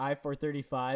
I-435